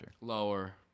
Lower